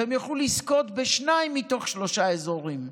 והם יוכלו לזכות בשניים מתוך שלושה אזורים,